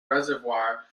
reservoir